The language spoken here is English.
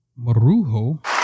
Marujo